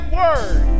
word